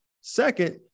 Second